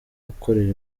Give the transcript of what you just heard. gukorera